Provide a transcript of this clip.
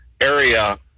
area